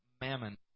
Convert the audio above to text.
mammon